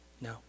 no